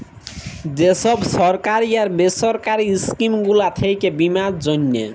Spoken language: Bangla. যে ছব সরকারি আর বেসরকারি ইস্কিম গুলা থ্যাকে বীমার জ্যনহে